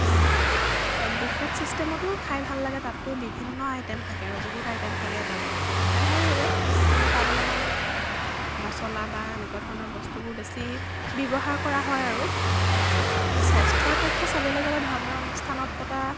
buffet চিষ্টেমতো খাই ভাল লাগে তাততো বিভিন্ন আইটেম থাকে আৰু বহুত আইটেম থাকে তাত খাই ভাল লাগে কিন্তু তাত অলপমান মচলা বা এনেকুৱা ধৰণৰ বস্তুবোৰ বেছি ব্য়ৱহাৰ কৰা হয় আৰু স্বাস্থ্য়ৰ পক্ষে চাবলৈ গ'লে ধৰ্মীয় অনুষ্ঠানত পতা